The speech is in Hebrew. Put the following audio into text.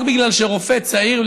רק בגלל שרופא צעיר,